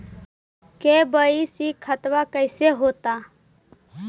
KYC खतबा कैसे होता?